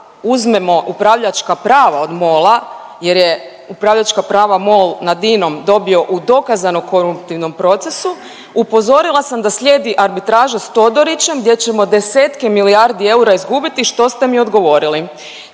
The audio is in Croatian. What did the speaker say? uzmemo upravljačka prava od MOL-a jer je upravljačka prava MOL nad INOM dobio u dokazano koruptivnom procesu, upozorila sam da slijedi arbitraža s Todorićem gdje ćemo desetke milijardi eura izgubiti i što ste mi odgovorili.